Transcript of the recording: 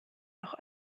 auch